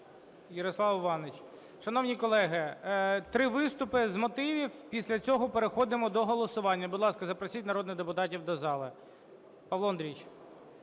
Ярослав Іванович. Шановні колеги, три виступи з мотивів, після цього переходимо до голосування. Будь ласка, запросіть народних депутатів до зали. Павло Андрійович.